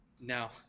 Now